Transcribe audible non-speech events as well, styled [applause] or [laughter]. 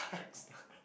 track star [noise]